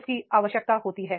उसकी आवश्यकता होती है